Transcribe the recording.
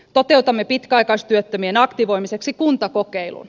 toteutamme pitkäaikaistyöttömien aktivoimiseksi kuntakokeilun